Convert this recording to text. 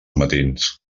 matins